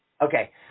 Okay